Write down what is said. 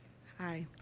hi,